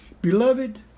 Beloved